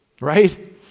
right